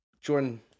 Jordan